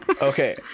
okay